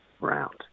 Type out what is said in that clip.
round